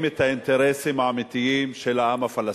את האינטרסים האמיתיים של העם הפלסטיני,